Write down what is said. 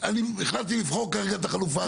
אני החלטתי לבחור כרגע את החלופה השנייה.